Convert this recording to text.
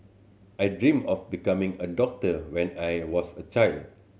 I dreamt of becoming a doctor when I was a child